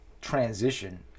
transition